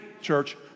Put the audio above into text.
church